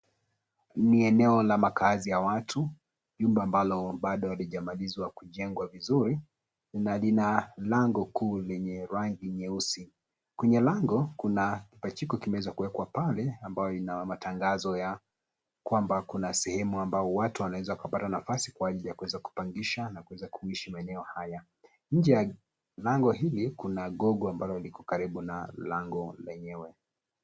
Ni eneo la makaazi ya watu nyumba ambalo bado halijamalizwa kujengwa vizuri na lina lango kuu lenye rangi nyeusi. Kwenye lango, kuna kibachiko kimeweza kuwekwa pale ambayo ina matangazo ya kwamba kuna sehemu ambayo watu wanaweza kupata nafasi kwa ajili ya kuweza kupangisha na kuweza kuishi maeneo haya. Inje ya lango hili, kuna gogo ambalo liko karibu na lango lenyewe.